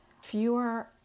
fewer